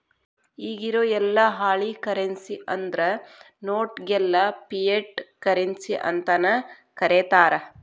ಇಗಿರೊ ಯೆಲ್ಲಾ ಹಾಳಿ ಕರೆನ್ಸಿ ಅಂದ್ರ ನೋಟ್ ಗೆಲ್ಲಾ ಫಿಯಟ್ ಕರೆನ್ಸಿ ಅಂತನ ಕರೇತಾರ